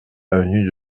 avenue